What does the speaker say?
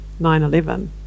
9-11